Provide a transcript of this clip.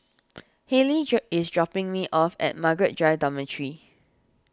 Haylie drop is dropping me off at Margaret Drive Dormitory